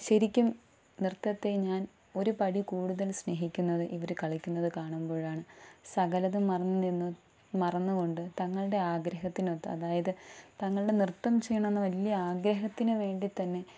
ശരിക്കും നൃത്തത്തെ ഞാൻ ഒരു പടി കൂടുതൽ സ്നേഹിക്കുന്നത് ഇവർ കളിക്കുന്നത് കാണുമ്പോഴാണ് സകലതും മറന്ന് നിന്ന് മറന്ന് കൊണ്ട് തങ്ങളുടെ ആഗ്രഹത്തിനൊത്ത് അതായത് തങ്ങളുടെ നൃത്തം ചെയ്യണം എന്ന വലിയ ആഗ്രഹത്തിന് വേണ്ടി തന്നെ